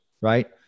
right